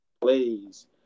plays